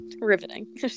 Riveting